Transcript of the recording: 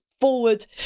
forward